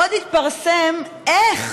עוד יתפרסם איך